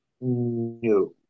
No